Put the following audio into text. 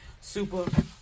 super